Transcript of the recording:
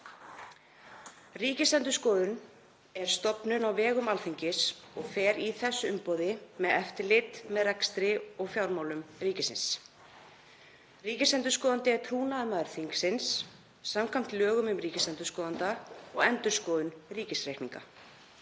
Ríkisendurskoðun er stofnun á vegum Alþingis og fer í þess umboði með eftirlit með rekstri og fjármálum ríkisins. Ríkisendurskoðandi er trúnaðarmaður þingsins samkvæmt lögum um ríkisendurskoðanda og endurskoðun ríkisreikninga.